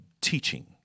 teaching